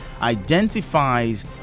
identifies